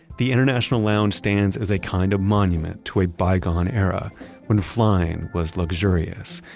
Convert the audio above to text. the international lounge stands as a kind of monument to a bygone era when flying was luxurious,